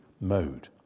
mode